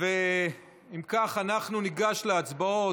אם כך, אנחנו ניגש להצבעות.